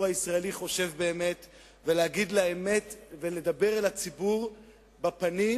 הישראלי חושב באמת ולהגיד את האמת ולדבר אל הציבור בפנים,